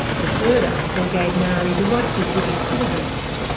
the third article gave maori the rights of british citizens.